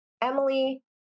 Emily